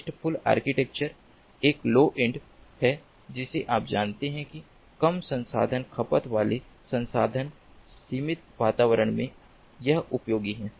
restful architecture एक low end है जिसे आप जानते हैं कि कम संसाधन खपत वाले संसाधन सीमित वातावरण मे यह उपयोगी है